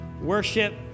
worship